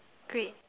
great